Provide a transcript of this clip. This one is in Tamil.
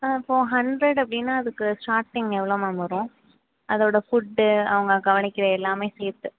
ஆ இப்போது ஹண்ட்ரட் அப்படின்னா அதுக்கு ஸ்டார்டிங் எவ்வளோ மேம் வரும் அதோட ஃபுட்டு அவங்க கவனிக்கிற எல்லாமே சேர்த்து